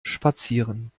spazieren